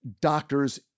doctors